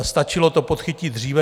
Stačilo to podchytit dříve.